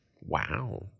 wow